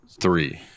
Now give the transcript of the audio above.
Three